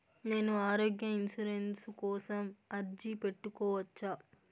నేను ఆరోగ్య ఇన్సూరెన్సు కోసం అర్జీ పెట్టుకోవచ్చా?